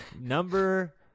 Number